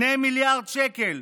2 מיליארד שקל,